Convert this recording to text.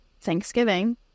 Thanksgiving